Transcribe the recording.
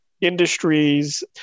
industries